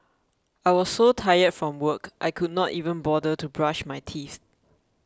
I was so tired from work I could not even bother to brush my teeth